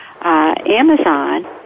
amazon